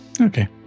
Okay